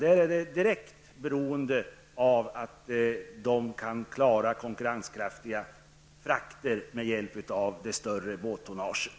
För att klara konkurrenskraftiga frakter är man direkt beroende av det större båttonnaget.